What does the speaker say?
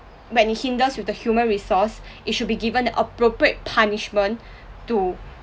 when it hinders with the human resource it should be given the appropriate punishment to